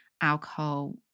alcohol